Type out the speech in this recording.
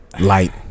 Light